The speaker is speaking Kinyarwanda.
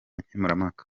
nkemurampaka